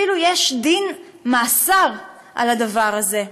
ואפילו יש דין מאסר על הדבר הזה.